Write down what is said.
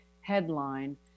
headline